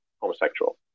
homosexual